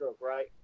right